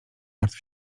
martw